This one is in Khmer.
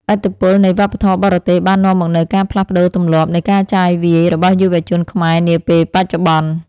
ឥទ្ធិពលនៃវប្បធម៌បរទេសបាននាំមកនូវការផ្លាស់ប្ដូរទម្លាប់នៃការចាយវាយរបស់យុវជនខ្មែរនាពេលបច្ចុប្បន្ន។